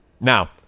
Now